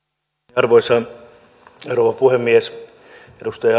arvoisa rouva puhemies edustaja